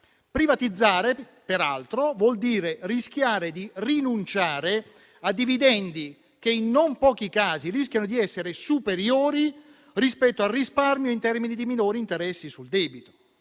Privatizzare peraltro vuol dire rischiare di rinunciare a dividendi che in non pochi casi rischiano di essere superiori rispetto al risparmio in termini di minori interessi sul debito.